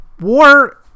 war